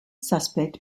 suspect